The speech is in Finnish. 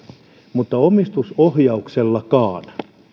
mutta omistusohjauksellakaan